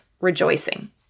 rejoicing